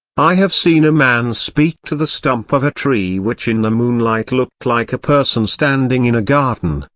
i have seen a man speak to the stump of a tree which in the moonlight looked like a person standing in a garden,